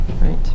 Right